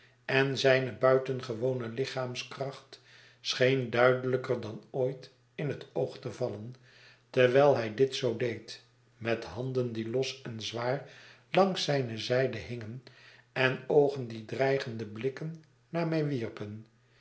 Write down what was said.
en zijne buitengewone lichaamskracht scheen duidelijker dan ooit in het oog te vallen terwijl hij dit zoo deed met handen die los en zwaar langs zijne zijde hingen en oogen die dreigendeblikken naar mij wierpen